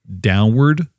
downward